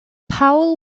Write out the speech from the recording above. powell